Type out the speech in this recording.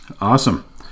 Awesome